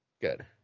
Good